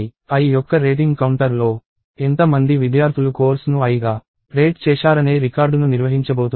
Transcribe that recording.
i యొక్క rating counter లో ఎంత మంది విద్యార్థులు కోర్స్ను i గా రేట్ చేశారనే రికార్డును నిర్వహించబోతున్నాయి